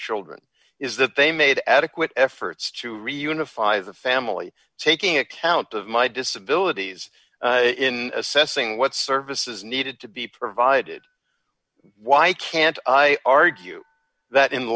children is that they made adequate efforts to reunify the family taking account of my disability in assessing what services needed to be provided why can't i argue that in